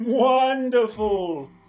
Wonderful